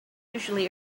usually